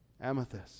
amethyst